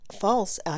false